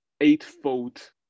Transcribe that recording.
eightfold